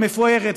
המפוארת,